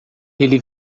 ele